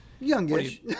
Youngish